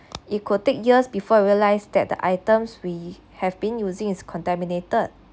it could take years before we realized that the items we have been using is contaminated